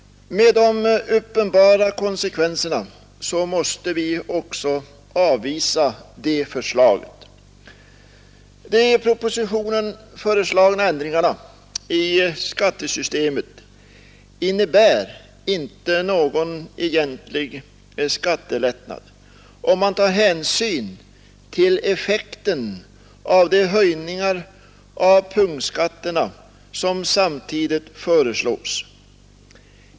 Med de uppenbara konsekvenserna måste vi också avvisa det förslaget. De i propositionen föreslagna ändringarna i skattesystemet innebär inte någon egentlig skattelättnad om man tar hänsyn till effekten av de höjningar av punktskatterna som samtidigt föreslås.